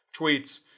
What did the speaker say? tweets